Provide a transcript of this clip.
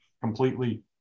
completely